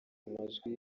amajwi